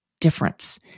difference